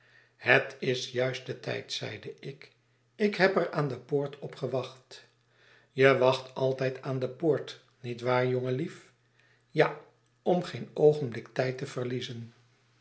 het is juist de tijd zeide ik ik heb er aan de poort op gewacht je wacht altijd aan de poort niet waar jongenlief ja om geen oogenblik tijd te verliezen